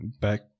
back